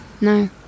No